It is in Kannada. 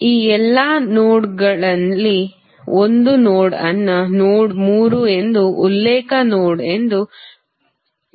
ಆ ಎಲ್ಲಾ ನೋಡ್ಗಳಲ್ಲಿ ಒಂದು ನೋಡ್ ಅನ್ನು ನೋಡ್ ಮೂರು ಎಂದು ಉಲ್ಲೇಖ ನೋಡ್ ಎಂದು ಪರಿಗಣಿಸಲಾಗುತ್ತದೆ